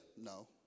No